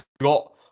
got